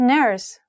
Nurse